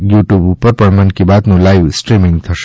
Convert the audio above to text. you tube ઉપર પણ મન કી બાત નું લાઈવ સ્ટ્રીમિંગ થશે